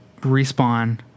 respawn